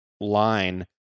line